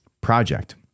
project